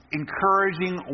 encouraging